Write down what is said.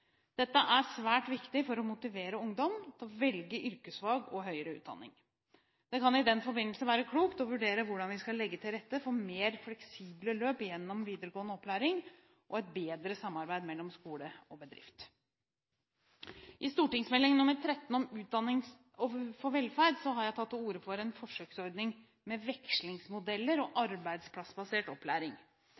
Dette er svært viktig for å motivere ungdom til å velge yrkesfag og høyere utdanning. Det kan i den forbindelse være klokt å vurdere hvordan vi skal legge til rette for mer fleksible løp gjennom videregående opplæring og et bedre samarbeid mellom skole og bedrift. I Meld. St. 13 for 2011–2012 Utdanning for velferd har jeg tatt til orde for en forsøksordning med vekslingsmodeller og arbeidsplassbasert opplæring.